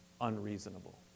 unreasonable